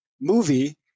movie